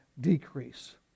decrease